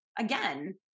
again